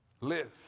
live